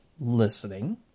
listening